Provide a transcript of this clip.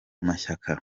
mashyaka